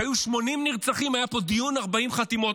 כשהיו 80 נרצחים היה פה דיון 40 חתימות,